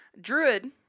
Druid